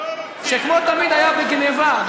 שכמו תמיד היה בגנבה,